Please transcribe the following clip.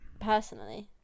personally